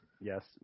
Yes